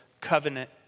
covenant